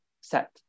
set